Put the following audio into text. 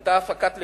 היתה הפקת לקחים,